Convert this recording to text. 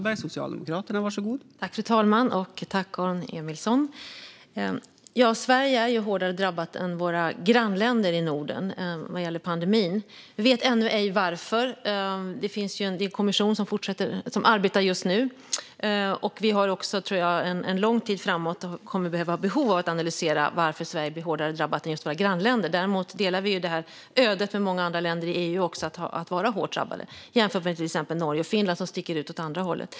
Fru talman! Sverige är hårdare drabbat än sina grannländer i Norden vad gäller pandemin. Vi vet ännu ej varför. Det finns en kommission som arbetar just nu, och jag tror att vi under lång tid framåt kommer att ha ett behov av att analysera varför Sverige blir hårdare drabbat än sina grannländer. Däremot delar vi ju ödet att vara hårt drabbade med många andra länder i EU, jämfört med exempelvis Norge och Finland som sticker ut åt andra hållet.